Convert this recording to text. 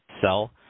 sell